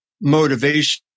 motivation